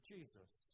Jesus